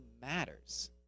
matters